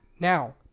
Now